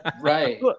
right